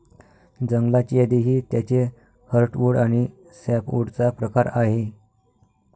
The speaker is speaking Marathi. जंगलाची यादी ही त्याचे हर्टवुड आणि सॅपवुडचा प्रकार आहे